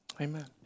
Amen